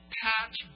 patch